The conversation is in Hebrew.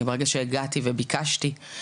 ברגע שהגעתי וביקשתי,